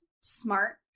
smart